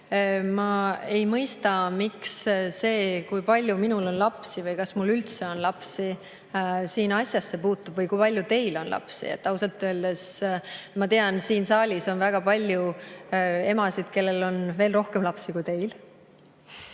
Ma ei mõista, miks see, kui palju minul on lapsi või kas mul üldse on lapsi, siin asjasse puutub, või see, kui palju teil on lapsi. Ausalt öeldes ma tean, et siin saalis on väga palju emasid, kellel on veel rohkem lapsi kui teil.